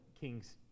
kings